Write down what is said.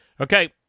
Okay